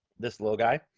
this little guy.